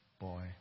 boy